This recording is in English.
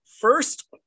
First